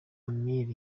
amir